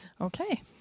Okay